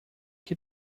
que